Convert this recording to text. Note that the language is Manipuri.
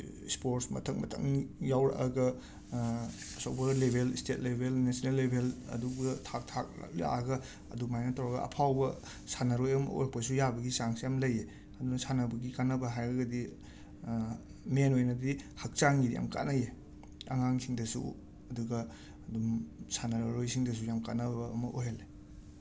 ꯏꯁꯄꯣꯔꯠꯁ ꯃꯊꯪ ꯃꯊꯪ ꯌꯥꯎꯔꯛꯑꯒ ꯁꯣꯞꯋꯦꯌꯔ ꯂꯦꯕꯦꯜ ꯏꯁꯇꯦꯠ ꯂꯦꯕꯦꯜ ꯅꯦꯁꯅꯦꯜ ꯂꯦꯕꯦꯜ ꯑꯗꯨꯒ ꯊꯥꯛ ꯊꯥꯛ ꯂꯥꯛꯑꯒ ꯑꯗꯨꯃꯥꯏꯅ ꯇꯧꯔꯒ ꯑꯐꯥꯎꯕ ꯁꯥꯟꯅꯔꯣꯏ ꯑꯃ ꯑꯣꯏꯔꯛꯄꯁꯨ ꯌꯥꯕꯒꯤ ꯆꯥꯡꯁ ꯌꯥꯝ ꯂꯩꯌꯦ ꯑꯗꯨꯅ ꯁꯥꯟꯅꯕꯒꯤ ꯀꯥꯟꯅꯕ ꯍꯥꯏꯔꯒꯗꯤ ꯃꯦꯟ ꯑꯣꯏꯅꯗꯤ ꯍꯛꯆꯥꯡꯒꯤꯗꯤ ꯌꯥꯝ ꯀꯥꯅꯩꯌꯦ ꯑꯉꯥꯡꯁꯤꯡꯗꯁꯨ ꯑꯗꯨꯒ ꯑꯗꯨꯝ ꯁꯥꯟꯅꯔꯣꯏꯁꯤꯡꯗꯁꯨ ꯌꯥꯝ ꯀꯥꯟꯅꯕ ꯑꯃ ꯑꯣꯏꯍꯜꯂꯤ